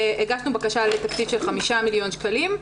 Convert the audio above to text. הגשנו בקשה לתקציב של 5 מיליון שקלים,